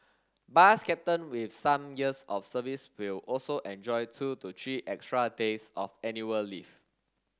bus captain with some years of service will also enjoy two to three extra days of annual leave